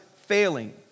failing